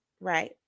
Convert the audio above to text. right